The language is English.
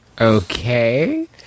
Okay